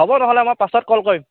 হ'ব নহ'লে মই পাছত কল কৰিম